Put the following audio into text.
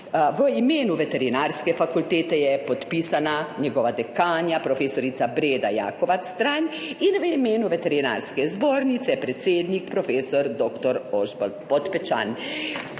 V imenu Veterinarske fakultete je podpisana njena dekanja prof. Breda Jakovac Strajn in v imenu Veterinarske zbornice Slovenije predsednik prof. dr. Ožbalt Podpečan.